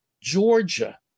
Georgia